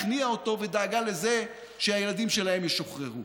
הכניעה אותו ודאגה לזה שהילדים שלהם ישוחררו.